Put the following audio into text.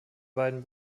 beiden